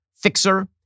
fixer